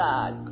God